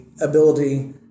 ability